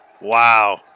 Wow